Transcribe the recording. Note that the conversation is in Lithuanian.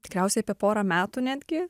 tikriausiai apie porą metų netgi